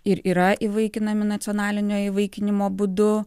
ir yra įvaikinami nacionalinio įvaikinimo būdu